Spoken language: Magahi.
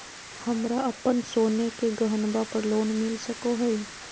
हमरा अप्पन सोने के गहनबा पर लोन मिल सको हइ?